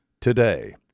today